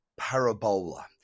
parabola